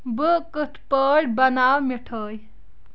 بہٕ کِتھ پٲٹھۍ بناو مِٹھٲیۍ